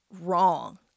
wrong